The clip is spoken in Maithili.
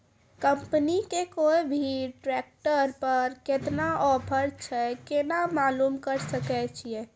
कंपनी के कोय भी ट्रेक्टर पर केतना ऑफर छै केना मालूम करऽ सके छियै?